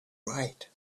right